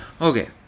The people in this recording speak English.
okay